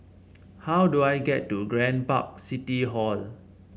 how do I get to Grand Park City Hall